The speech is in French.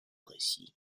récit